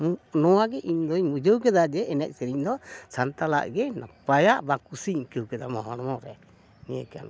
ᱱᱚᱣᱟᱜᱮ ᱤᱧᱫᱩᱧ ᱵᱩᱡᱷᱟᱹᱣ ᱠᱮᱫᱟ ᱡᱮ ᱮᱱᱮᱡ ᱥᱮᱨᱮᱧ ᱫᱚ ᱥᱟᱱᱛᱟᱲᱟᱜ ᱜᱮ ᱱᱟᱯᱟᱭᱟ ᱵᱟ ᱠᱩᱥᱤᱧ ᱟᱹᱭᱠᱟᱹᱣ ᱠᱮᱫᱟ ᱦᱚᱲᱢᱚᱨᱮ ᱱᱤᱭᱟᱹ ᱠᱟᱱ ᱜᱮᱭᱟ